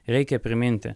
reikia priminti